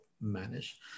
manage